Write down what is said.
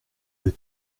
deux